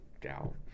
gal